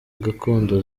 gakondo